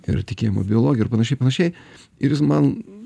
ir tikėjimo biologija ir panašiai panašiai ir jis man